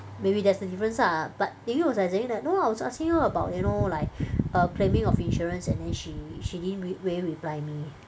maybe that's the difference ah but Yi Li was like saying that no lah I was asking her about you know like err claiming of insurance and then she she didn't rea~ really reply me